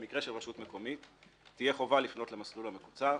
במקרה של רשות מקומית תהיה חובה לפנות למסלול המקוצר.